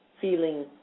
feeling